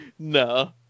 No